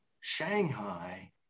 Shanghai